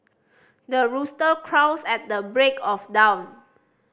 the rooster crows at the break of dawn